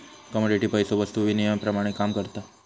commodity पैसो वस्तु विनिमयाप्रमाण काम करता